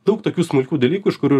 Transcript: daug tokių smulkių dalykų iš kurių